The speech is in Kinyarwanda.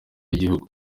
y’igihugu